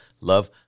love